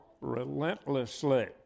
relentlessly